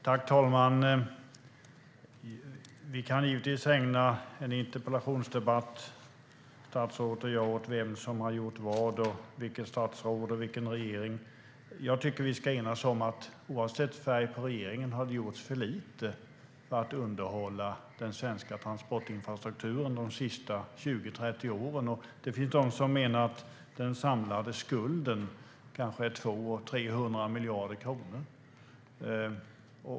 Herr talman! Vi kan givetvis ägna en interpellationsdebatt åt att diskutera vilket statsråd och vilken regering som har gjort vad. Jag tycker att vi ska enas om att det, oavsett färg på regeringen, har gjorts för lite för att underhålla den svenska transportinfrastrukturen under de senaste 20-30 åren. Det finns de som menar att den samlade skulden uppgår till 200-300 miljarder kronor.